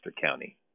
County